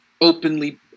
openly